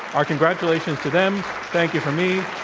our congratulations to them. thank you from me,